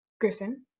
Griffin